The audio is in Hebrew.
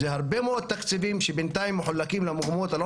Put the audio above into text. זה הרבה מאוד תקציבים שבינתיים מחולקים למקומות הלא